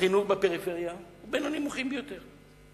החינוך בפריפריה בין הנמוכים ביותר.